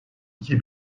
iki